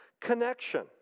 connection